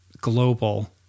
global